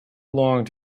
long